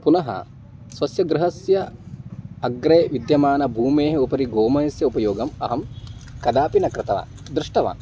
पुनः स्वस्य गृहस्य अग्रे विद्यमाना भूमेः उपरि गोमयस्य उपयोगम् अहं कदापि न कृतवान् दृष्टवान्